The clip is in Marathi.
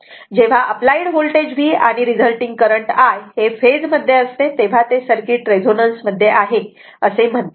जेव्हा अप्लाइड होल्टेज V आणि रिझल्टींग करंट I हे फेज मध्ये असते तेव्हा ते सर्किट रेझोनन्स मध्ये आहे असे म्हणतात